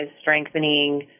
strengthening